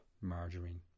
margarine